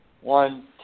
one